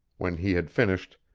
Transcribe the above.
when he had finished,